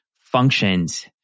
functions